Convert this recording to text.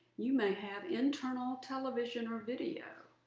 you may have internal television or video.